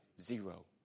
zero